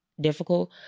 difficult